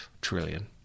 trillion